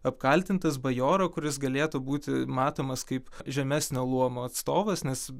apkaltintas bajoro kuris galėtų būti matomas kaip žemesnio luomo atstovas nes